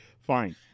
fine